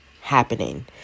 happening